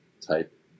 type